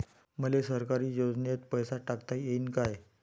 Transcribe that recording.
मले सरकारी योजतेन पैसा टाकता येईन काय?